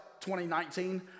2019